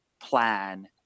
plan